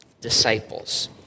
disciples